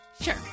Sure